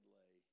lay